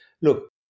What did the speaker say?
look